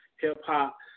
hip-hop